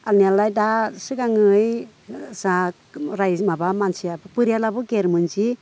आंनियालाय दा सिगाङोहै जा माबा मानसियाबो बोरायलायबो गियारमोनसै